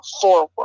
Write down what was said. forward